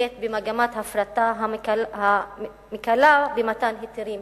נוקט מגמת הפרטה המקלה במתן היתרים